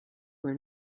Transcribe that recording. were